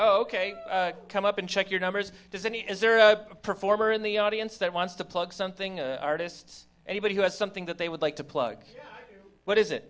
ok come up and check your numbers there's any is there a performer in the audience that wants to plug something artists anybody who has something that they would like to plug what is it